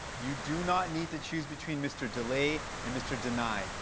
you do not need to choose between mr. delay and mr. deny.